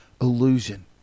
illusion